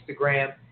Instagram